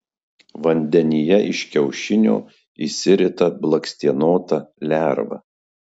vandenyje iš kiaušinio išsirita blakstienota lerva